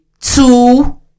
two